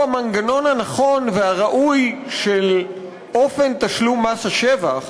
המנגנון הנכון והראוי של אופן תשלום מס השבח,